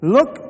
Look